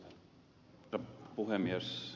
arvoisa puhemies